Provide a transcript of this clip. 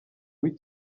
uw’i